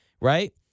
right